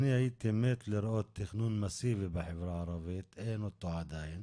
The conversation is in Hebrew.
אני הייתי מת לראות תכנון מאסיבי בחברה הערבית אבל אין אותו עדין.